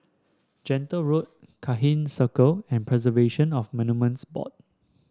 Gentle Road Cairnhill Circle and Preservation of Monuments Board